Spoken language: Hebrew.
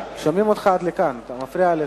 שומעים אותך עד לכאן, אתה מפריע לשר.